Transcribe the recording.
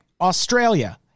Australia